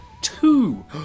two